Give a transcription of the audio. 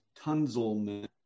Tunzelman